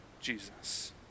Jesus